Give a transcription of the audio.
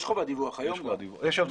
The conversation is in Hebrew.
יש חובת דיווח היום גם,